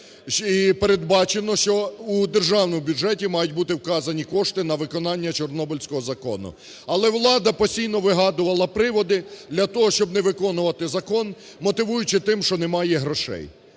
і передбачено, що у державному бюджеті мають бути вказані кошти на виконання чорнобильського закону. Але влада постійно вигадувала приводу для того, щоб не виконувати закон, мотивуючи тим, що немає грошей.